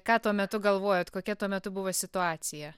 ką tuo metu galvojot kokia tuo metu buvo situacija